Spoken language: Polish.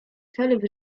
cel